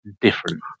different